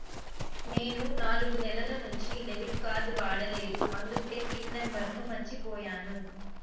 నేను నాలుగు నెలల నుంచి డెబిట్ కార్డ్ వాడలేదు అందుకే పిన్ నంబర్ను మర్చిపోయాను